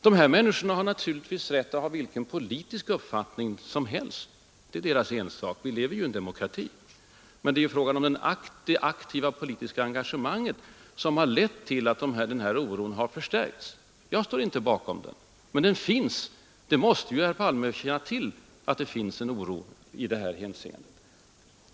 Ja, människor har naturligtvis rätt att ha vilken politisk åskådning som helst — det är deras ensak; vi lever i en demokrati. Men vad det nu är fråga om är om aktivt politiskt engagerade människor skall verka inom en organisation som är undandragen öppen kontroll och om inte detta kan leda till att osäkerheten inför sådan verksamhet kan förstärkas. Herr Palme måste ju ha vetskap om att många människor är oroade.